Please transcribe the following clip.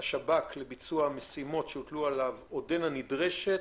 השב"כ לביצוע המשימות שהוטלו עליו עודנה נדרשת,